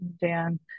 Dan